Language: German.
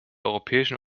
europäischen